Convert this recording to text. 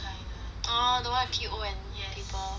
orh the one P_O_N people